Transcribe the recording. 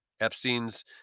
Epstein's